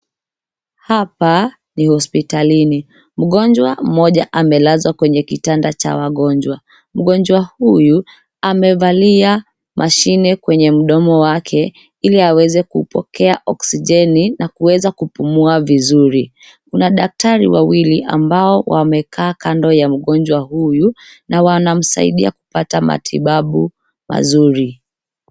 Hapa ni hospitalini. Mgonjwa mmoja amelazwa kwenye kitanda cha wagonjwa. Mgonjwa huyu amevalia mashine kwenye mdomo wake, ili aweze kuupokea oksijeni na kuweza kupumua vizuri. Kuna daktari wawili ambao wamekaa kando ya mgonjwa huyu na wanamsaidia kupata matibabu mazuri.